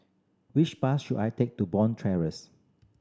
which bus should I take to Bond